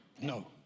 No